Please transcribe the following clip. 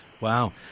wow